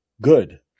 good